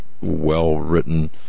well-written